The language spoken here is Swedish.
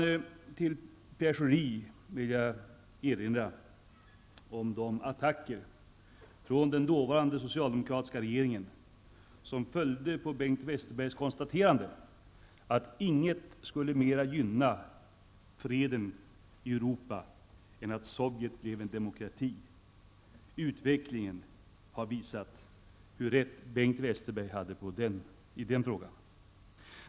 Jag vill erinra Pierre Schori om de attacker från den dåvarande socialdemokratiska regeringen som följde på Bengt Westerbergs konstaterande att inget skulle mera gynna freden i Europa än att Sovjet blev en demokrati. Utvecklingen har visat hur rätt Bengt Westerberg hade i den frågan.